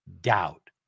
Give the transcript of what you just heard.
doubt